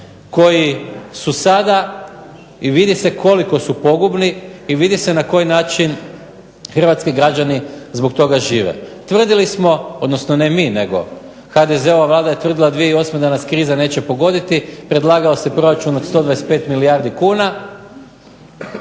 koji su sada i vidi se koliko su pogubni i vidi se na koji način hrvatski građani zbog toga žive. Tvrdili smo, odnosno ne mi nego HDZ-ova Vlada je tvrdila 2008. da nas kriza neće pogoditi. Predlagao se proračun od 125 milijardi kuna.